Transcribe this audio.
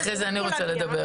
אחרי זה אני רוצה לדבר.